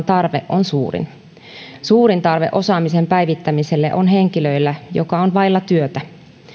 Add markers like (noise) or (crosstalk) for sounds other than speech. (unintelligible) tarve on suurin suurin tarve osaamisen päivittämiselle on henkilöllä joka on vailla työtä